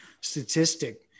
statistic